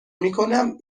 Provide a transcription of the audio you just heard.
میکنم